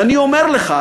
ואני אומר לך,